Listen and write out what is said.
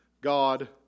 God